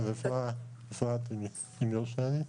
אם יורשה לי,